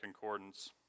concordance